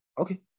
Okay